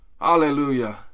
Hallelujah